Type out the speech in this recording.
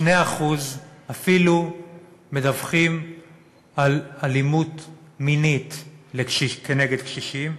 2% אפילו מדווחים על אלימות מינית כנגד קשישים,